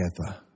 together